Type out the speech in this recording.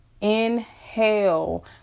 inhale